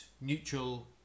neutral